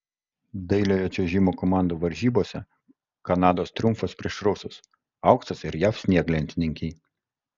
dailiojo čiuožimo komandų varžybose kanados triumfas prieš rusus auksas ir jav snieglentininkei